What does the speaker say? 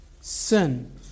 Sin